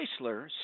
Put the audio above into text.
Chrysler